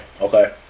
Okay